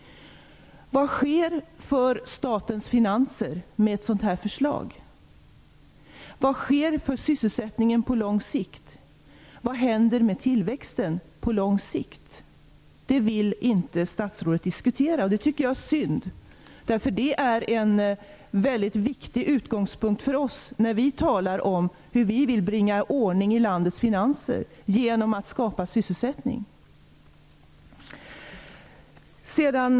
Vad har ett sådant här förslag för effekt för statens finanser? Vad innebär det för sysselsättningen på lång sikt? Vad händer med tillväxten på lång sikt? Det vill inte statsrådet diskutera. Det tycker jag är synd, därför att det är en väldigt viktig utgångspunkt för oss när vi talar om hur vi vill bringa ordning i landets finanser genom att skapa sysselsättning.